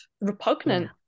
repugnant